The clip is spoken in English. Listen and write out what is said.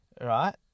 right